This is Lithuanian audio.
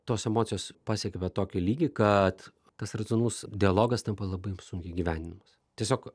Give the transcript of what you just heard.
tos emocijos pasiekė ve tokį lygį kad tas racionalus dialogas tampa labai sunkiai įgyvendinamas tiesiog